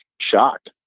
shocked